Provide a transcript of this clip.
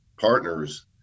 partners